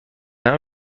همه